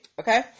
okay